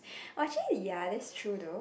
actually ya that is true though